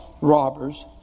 robbers